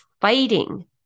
fighting